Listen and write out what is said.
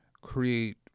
create